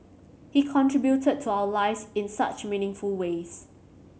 he contributed to our lives in such meaningful ways